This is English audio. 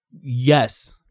Yes